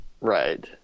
Right